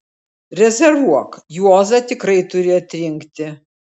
rezervuok juozą tikrai turi atrinkti